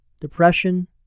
depression